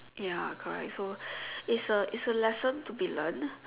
ya correct so it's a it's a lesson to be learn